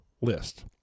list